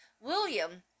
William